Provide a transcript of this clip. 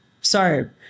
Sorry